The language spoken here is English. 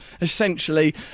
essentially